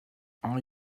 are